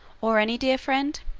or any dear friend?